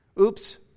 Oops